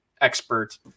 expert